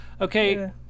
okay